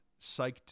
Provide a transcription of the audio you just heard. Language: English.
psyched